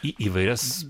į įvairias